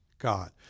God